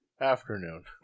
afternoon